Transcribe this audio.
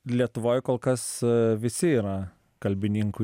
lietuvoj kol kas visi yra kalbininkų